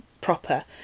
proper